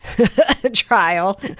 trial